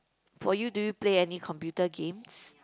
for you do you play any computer games